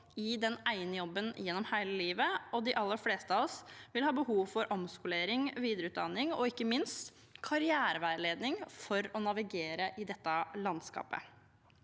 i den ene jobben gjennom hele livet, og de aller fleste av oss vil ha behov for omskolering, videreutdanning og ikke minst karriereveiledning for å navigere i dette landskapet.